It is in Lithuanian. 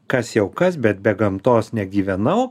kas jau kas bet be gamtos negyvenau